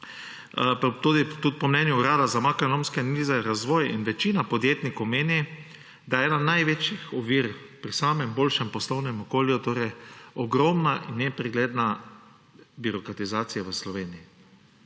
pa tudi po mnenju Urada za makroekonomske analize in razvoj večina podjetnikov meni, da je ena največjih ovir pri samem boljšem poslovnem okolju ogromna in nepregledna birokratizacija v Sloveniji.